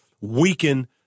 weaken